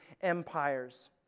empires